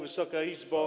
Wysoka Izbo!